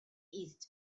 east